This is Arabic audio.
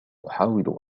أحاول